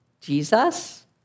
Jesus